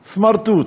סמרטוט.